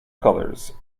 colors